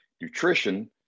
nutrition